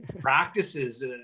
practices